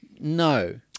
No